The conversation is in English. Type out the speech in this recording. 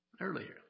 earlier